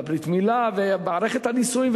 ברית-מילה ומערכת הנישואים,